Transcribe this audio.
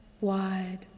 wide